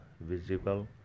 visible